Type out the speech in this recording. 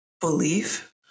belief